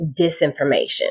disinformation